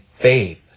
faith